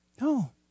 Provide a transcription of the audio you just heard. No